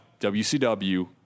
WCW